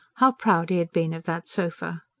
how proud he had been of that sofa!